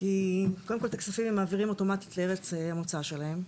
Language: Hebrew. כי קודם כל את הכספים שלהם הם מעבירים אוטומטית לארץ המוצא שלהם,